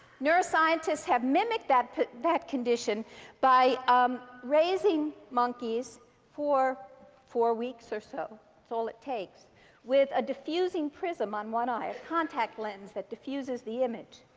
neuroscientists have mimicked that that condition by um raising monkeys for four weeks or so that's all it takes with a diffusing prism on one eye, a contact lens that diffuses the image.